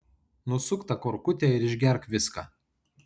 nusuk tą korkutę ir išgerk viską